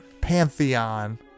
pantheon